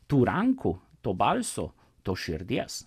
tų rankų to balso tos širdies